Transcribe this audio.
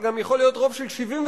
אבל זה גם יכול להיות רוב של 79,